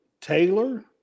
Taylor